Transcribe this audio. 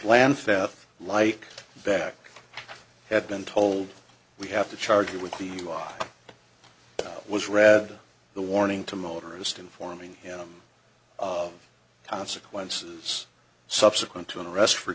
glance that like beck had been told we have to charge you with the law was read the warning to motorists informing him of consequences subsequent to an arrest for